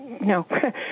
no